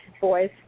boys